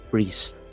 Priest